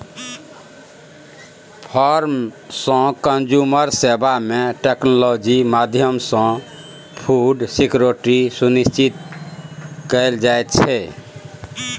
farm सँ consumer सेबा मे टेक्नोलॉजी माध्यमसँ फुड सिक्योरिटी सुनिश्चित कएल जाइत छै